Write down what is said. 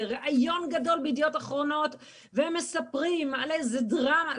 ריאיון גדול ב'ידיעות אחרונות' והם מספרים על איזה דרמה.